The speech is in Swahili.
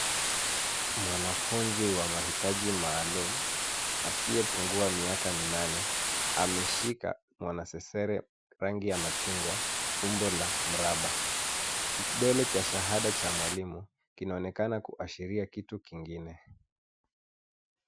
Mwanafunzi wa mahitaji maalum asiyepungua miaka minane ameshika mwanasesere rangi ya machungwa, umbo la mraba. Kidole cha shahada cha mwalimu kinaonekana kuashiria kitu kingine.